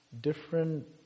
different